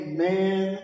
Amen